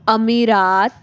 emirates